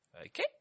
Okay